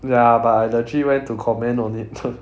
ya but I legit went to comment on it